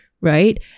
Right